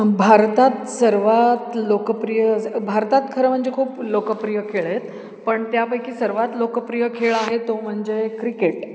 भारतात सर्वात लोकप्रिय भारतात खरं म्हणजे खूप लोकप्रिय खेळ आहेत पण त्यापैकी सर्वात लोकप्रिय खेळ आहे तो म्हणजे क्रिकेट